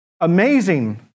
amazing